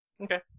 Okay